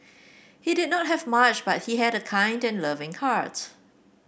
he did not have much but he had a kind and loving heart